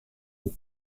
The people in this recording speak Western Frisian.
hoe